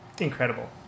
incredible